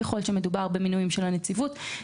ככל שמדובר במינויים של הנציבות.